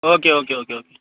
okay okay okay okay